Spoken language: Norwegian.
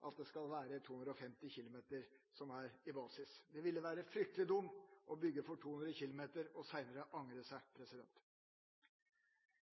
forutsatt: det skal være 250 km/t som er basis. Det ville være fryktelig dumt ikke å bygge for 250 km/t, og senere angre seg.